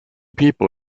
people